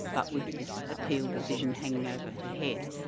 but with this appeal decision hanging over her head,